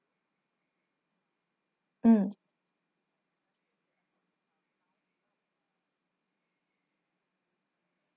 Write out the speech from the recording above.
mm